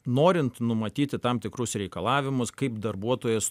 norint numatyti tam tikrus reikalavimus kaip darbuotojas